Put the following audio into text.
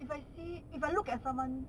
if I see if I look at someone